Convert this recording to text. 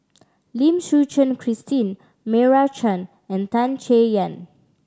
Lim Suchen Christine Meira Chand and Tan Chay Yan